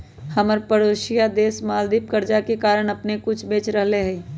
हमर परोसिया देश मालदीव कर्जा के कारण अप्पन कुछो बेचे पड़ रहल हइ